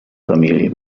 familie